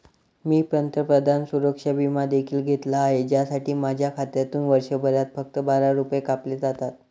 मी पंतप्रधान सुरक्षा विमा देखील घेतला आहे, ज्यासाठी माझ्या खात्यातून वर्षभरात फक्त बारा रुपये कापले जातात